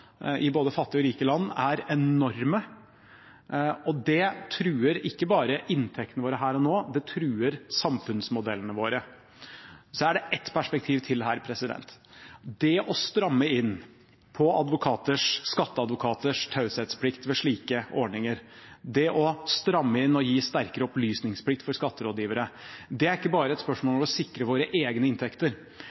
i både fattige og rike land – er enorme. Det truer ikke bare inntektene våre her og nå, det truer samfunnsmodellene våre. Så er det ett perspektiv til her: Det å stramme inn på skatteadvokaters taushetsplikt ved slike ordninger, det å stramme inn og gi sterkere opplysningsplikt for skatterådgivere, er ikke bare et spørsmål om å sikre våre egne inntekter;